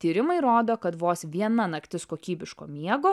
tyrimai rodo kad vos viena naktis kokybiško miego